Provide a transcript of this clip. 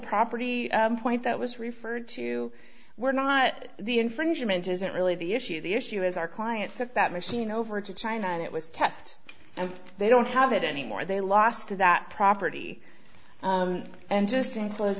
property point that was referred to were not the infringement isn't really the issue the issue is our client took that machine over to china and it was kept and they don't have it anymore they lost to that property and just in clos